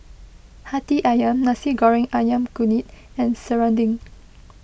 Hati Ayam Nasi Goreng Ayam Kunyit and Serunding